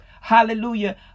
hallelujah